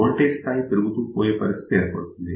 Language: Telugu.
ఓల్టేజి స్థాయి పెరుగుతూ పోయే పరిస్థితి ఏర్పడుతుంది